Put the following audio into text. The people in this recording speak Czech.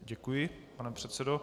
Děkuji, pane předsedo.